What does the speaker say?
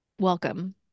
Welcome